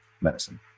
medicine